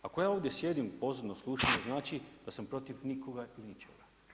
Ako ja ovdje sjedim, pozorno slušam, ne znači da sam protiv nikoga i ničega.